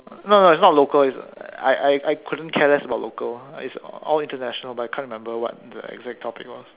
no no no it's not local it's I I I couldn't care less about local it's all international but I can't remember what the exact topic was